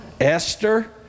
Esther